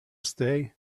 stay